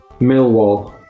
Millwall